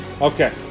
Okay